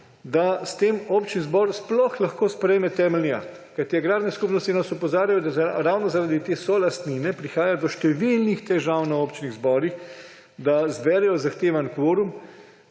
da s tem občni zbor sploh lahko sprejme temeljni akt. Agrarne skupnosti nas opozarjajo, da ravno zaradi te solastnine prihaja do številnih težav na občnih zborih, da zberejo zahtevani kvorum,